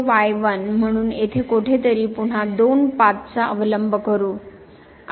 तर म्हणून येथे कुठेतरी पुन्हा दोन पाथांचा अवलंब करू